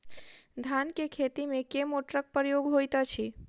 धान केँ खेती मे केँ मोटरक प्रयोग होइत अछि?